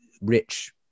rich